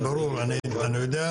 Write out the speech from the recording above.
כן ברור אני יודע,